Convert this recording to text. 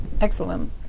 excellent